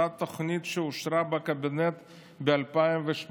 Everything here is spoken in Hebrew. אותה תוכנית שאושרה בקבינט ב-2018,